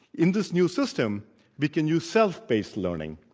in this new system we can use self-based learning.